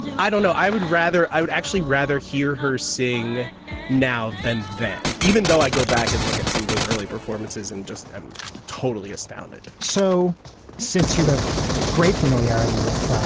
i don't know, i would rather i would actually rather hear her sing now than than even though i go back and look at some of those early performances and just totally astounded so since you have great familiarity with,